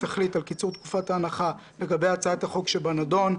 תחליט על קיצור תקופת ההנחה לגבי הצעת החוק שבנדון,